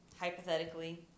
hypothetically